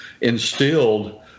instilled